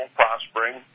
prospering